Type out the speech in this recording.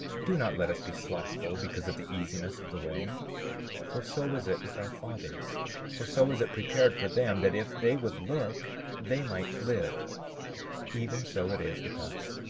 do not let us be slothful because of the easiness of the way for so was it with our fathers for so was it prepared for them, that if they would look they might live even so it is with us.